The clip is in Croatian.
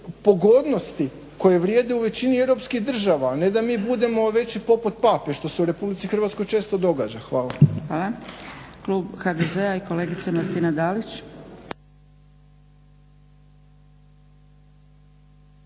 pogodnosti koje vrijede u većini europskih država, ne da mi budemo veći pop od pape što se u Republici Hrvatskoj često događa. Hvala.